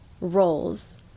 roles